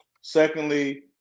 Secondly